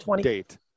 date